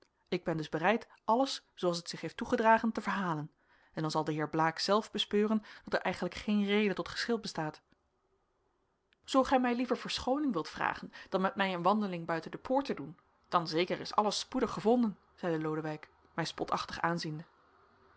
ik ben dus bereid alles zooals het zich heeft toegedragen te verhalen en dan zal de heer blaek zelf bespeuren dat er eigenlijk geen reden tot geschil bestaat zoo gij mij liever verschooning wilt vragen dan met mij een wandeling buiten de poort te doen dan zeker is alles spoedig gevonden zeide lodewijk mij spotachtig aanziende